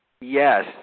Yes